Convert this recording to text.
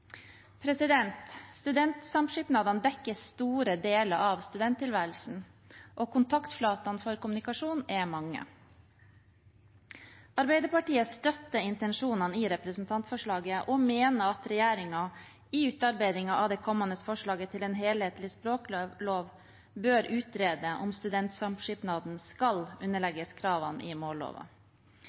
Studentsamskipnadene dekker store deler av studenttilværelsen, og kontaktflatene for kommunikasjon er mange. Arbeiderpartiet støtter intensjonene i representantforslaget og mener regjeringen i utarbeidingen av det kommende forslaget til en helhetlig språklov bør utrede om studentsamskipnadene skal underlegges kravene i